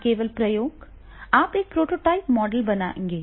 न केवल प्रयोग आप एक प्रोटोटाइप मॉडल बनाएंगे